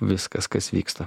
viskas kas vyksta